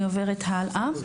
אני עוברת הלאה.